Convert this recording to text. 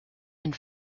and